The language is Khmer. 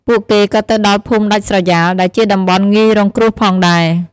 ពួកគេក៏ទៅដល់ភូមិដាច់ស្រយាល ដែលជាតំបន់ងាយរងគ្រោះផងដែរ។